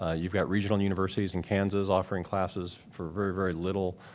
ah you've got regional universities in kansas offering classes for very, very little.